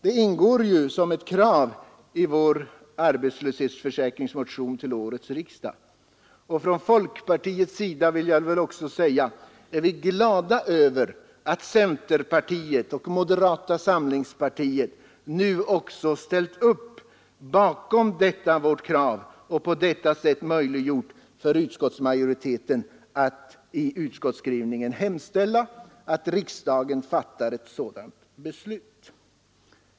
Detta ingår ju som ett krav i vår arbetslöshetsförsäkringsmotion till årets riksdag, och från folkpartiets sida är vi glada över att centerpartiet och moderata samlingspartiet nu också ställt upp bakom detta vårt krav och på det sättet möjliggjort för utskottsmajoriteten att i utskottsskrivningen hemställa att riksdagen fattar ett sådant beslut.